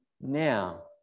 now